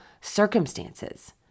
circumstances